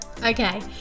Okay